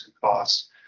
costs